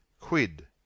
Quid